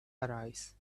arise